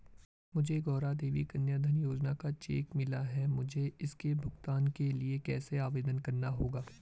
मुझे गौरा देवी कन्या धन योजना का चेक मिला है मुझे इसके भुगतान के लिए कैसे आवेदन करना होगा?